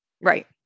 Right